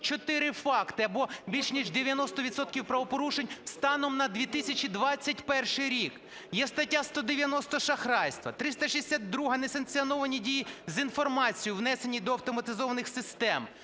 1604 факти або більш ніж 90 відсотків правопорушень станом на 2021 рік. Є стаття 190 – шахрайство; 362-а – несанкціоновані дії з інформацією, внесені до автоматизованих систем;